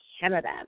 Canada